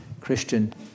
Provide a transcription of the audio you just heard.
Christian